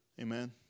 Amen